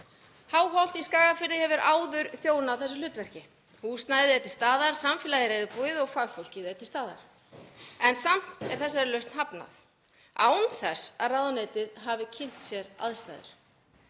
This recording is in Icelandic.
Háholt í Skagafirði hefur áður þjónað þessu hlutverki. Húsnæðið er til staðar, samfélagið reiðubúið og fagfólkið er til staðar en samt er þessari lausn hafnað án þess að ráðuneytið hafi kynnt sér aðstæður.